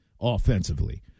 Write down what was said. offensively